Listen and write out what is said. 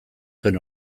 zuen